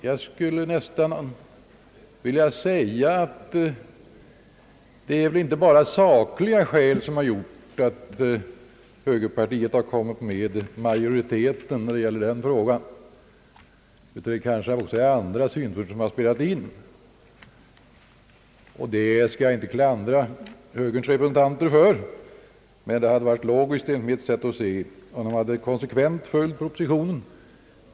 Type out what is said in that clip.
Jag skulle nästan vilja säga att det inte bara är sakliga skäl som har gjort att högerpartiet kommit med bland majoriteten när det gäller denna fråga. Det kanske också är andra synpunkter som har spelat in, och det skall jag inte klandra högerns representanter för. Men det hade enligt mitt sätt att se varit logiskt om de konsekvent hade följt oppositionen.